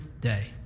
day